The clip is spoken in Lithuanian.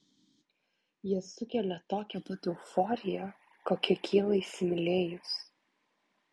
jie sukelia tokią pat euforiją kokia kyla įsimylėjus